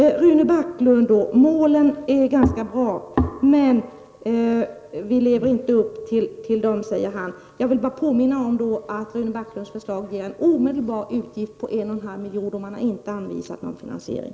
Rune Backlund säger att målen är ganska bra men att vi inte lever upp till dem. Jag vill då bara påminna om att Rune Backlunds förslag innebär en omedelbar utgift på 1,5 milj.kr., men man har inte anvisat någon finansiering.